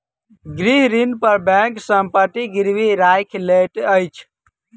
गृह ऋण पर बैंक संपत्ति गिरवी राइख लैत अछि